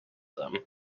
them